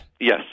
Yes